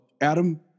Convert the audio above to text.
Adam